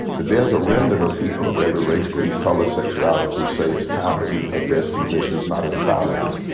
that there's a remnant of people of every race, creed, color, sexuality who say it's time that we address these issues not as silos,